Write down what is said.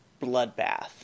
bloodbath